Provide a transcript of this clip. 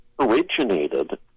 originated